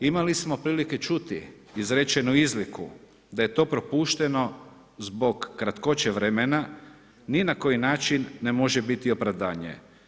Imali smo prilike čuti izrečenu izreku da je to propušteno zbog kratkoće vremena, ni na koji način ne može biti opravdanje.